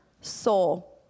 soul